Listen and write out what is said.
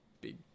big